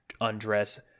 Undress